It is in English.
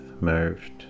moved